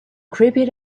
creeping